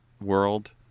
world